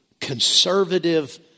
conservative